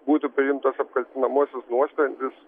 būtų priimtas apkaltinamasis nuosprendis